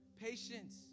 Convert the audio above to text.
patience